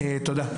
תודה.